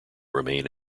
remain